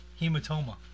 hematoma